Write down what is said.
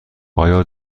آیا